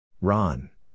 Ron